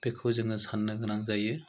बेखौ जोङो साननो गोनां जायो